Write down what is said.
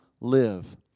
live